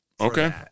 Okay